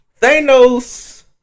Thanos